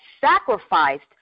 sacrificed